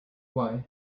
why